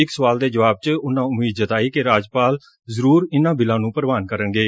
ਇਕ ਸਵਾਲ ਦੇ ਜਵਾਬ ਚ ਉਨ੍ਹਾਂ ਉਮੀਦ ਜਤਾਈ ਕਿ ਰਾਜਪਾਲ ਜ਼ਰੂਰ ਇਨ੍ਹਾਂ ਬਿੱਲਾਂ ਨੂੰ ਪ੍ਰਵਾਨ ਕਰਨਗੇ